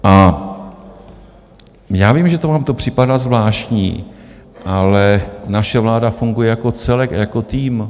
A já vím, že to vám to připadá zvláštní, ale naše vláda funguje jako celek a jako tým.